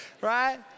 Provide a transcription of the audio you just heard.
right